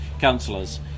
councillors